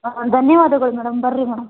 ಹಾಂ ಧನ್ಯವಾದಗಳು ಮೇಡಮ್ ಬನ್ರಿ ಮೇಡಮ್